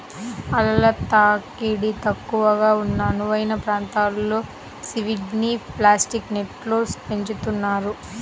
అలల తాకిడి తక్కువగా ఉన్న అనువైన ప్రాంతంలో సీవీడ్ని ప్లాస్టిక్ నెట్స్లో పెంచుతున్నారు